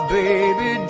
baby